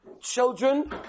Children